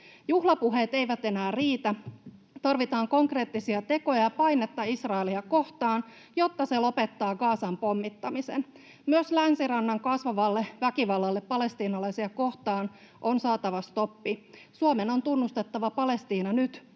Juhlapuheet eivät enää riitä. Tarvitaan konkreettisia tekoja ja painetta Israelia kohtaan, jotta se lopettaa Gazan pommittamisen. Myös länsirannan kasvavalle väkivallalle palestiinalaisia kohtaan on saatava stoppi. Suomen on tunnustettava Palestiina nyt,